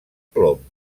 plom